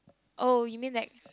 oh you mean like